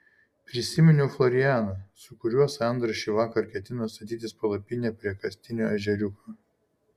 prisiminiau florianą su kuriuo sandra šįvakar ketino statytis palapinę prie kastinio ežeriuko